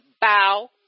bow